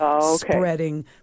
spreading